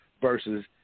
versus